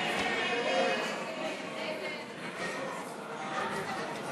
ההצעה להעביר לוועדה את הצעת חוק סמכויות שעת חירום (מעצרים) (תיקון,